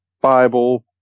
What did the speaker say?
bible